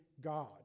God